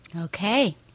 Okay